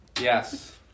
Yes